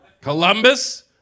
Columbus